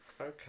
Okay